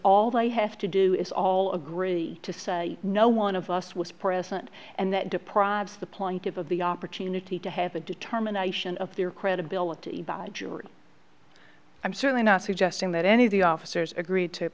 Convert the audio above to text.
all they have to do is all agree to say no one of us was present and that deprives the plunket of the opportunity to have a determination of their credibility by a jury i'm certainly not suggesting that any of the officers agreed to